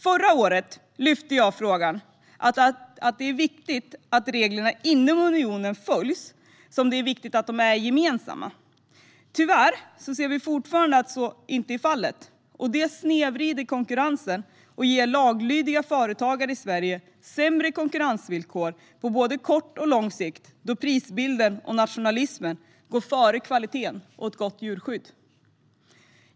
Förra året lyfte jag fram att det är lika viktigt att reglerna inom unionen följs som att de är gemensamma. Tyvärr ser vi fortfarande att så inte är fallet, vilket snedvrider konkurrensen och ger laglydiga företagare i Sverige sämre konkurrensvillkor på både kort och lång sikt eftersom prisbilden och nationalismen går före kvaliteten och ett gott djurskydd.